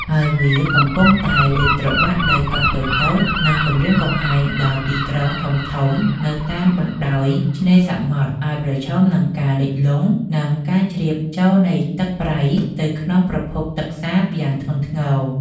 ហើយវាកំពុងតែលេបត្របាក់ដីកោះតូចៗ និងគំរាមកំហែងដល់ទីក្រុងធំៗនៅតាមបណ្ដោយឆ្នេរសមុទ្រឱ្យប្រឈមនឹងការលិចលង់ និងការជ្រាបចូលនៃទឹកប្រៃទៅក្នុងប្រភពទឹកសាបយ៉ាងធ្ងន់ធ្ងរ។